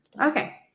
Okay